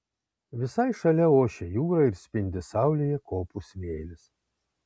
visai šalia ošia jūra ir spindi saulėje kopų smėlis